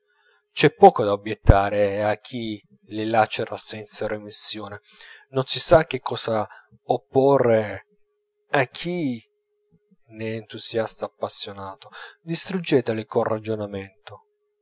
c'è poco da obbiettare a chi le lacera senza remissione non si sa che cosa opporre a chi n'è entusiasta appassionato distruggetele col ragionamento